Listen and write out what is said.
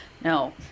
No